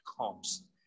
comes